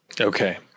Okay